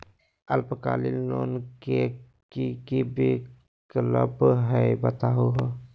अल्पकालिक लोन के कि कि विक्लप हई बताहु हो?